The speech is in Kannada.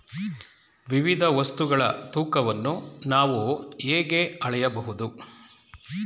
ವಿವಿಧ ವಸ್ತುಗಳ ತೂಕವನ್ನು ನಾವು ಹೇಗೆ ಅಳೆಯಬಹುದು?